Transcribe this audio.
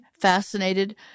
fascinated